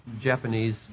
Japanese